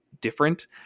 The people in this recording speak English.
different